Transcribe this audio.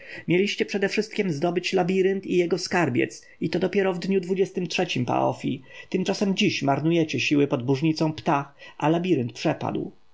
mieliście przedewszystkiem zdobyć labirynt i jego skarbiec i to dopiero w dniu dwudziestym trzecim parowy tymczasem dziś marnujecie siły pod bóżnicą ptah a labirynt przepadł